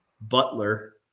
Butler